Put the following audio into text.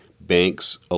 banks